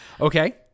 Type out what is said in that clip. Okay